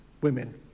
women